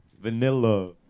vanilla